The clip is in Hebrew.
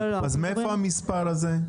מאיפה המספר הזה?